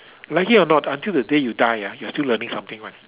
like it or not until the day you die ah you are still learning something one